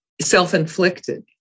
self-inflicted